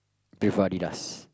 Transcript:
before Adidas